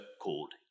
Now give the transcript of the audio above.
called